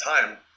time